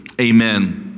amen